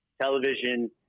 television